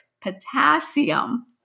potassium